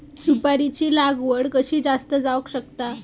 सुपारीची लागवड कशी जास्त जावक शकता?